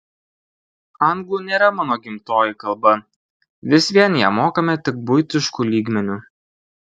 anglų nėra mano gimtoji kalba vis vien ją mokame tik buitišku lygmeniu